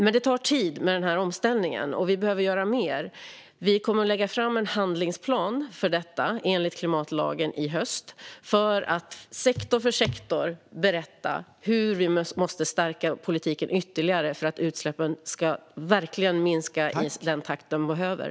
Den här omställningen tar dock tid, och vi behöver göra mer. Vi kommer att lägga fram en handlingsplan för detta, enligt klimatlagen i höst, och sektor för sektor berätta hur vi måste stärka politiken ytterligare för att utsläppen verkligen ska minska i den takt de behöver.